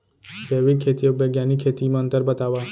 जैविक खेती अऊ बैग्यानिक खेती म अंतर बतावा?